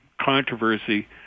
controversy